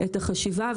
החשיבה.